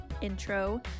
intro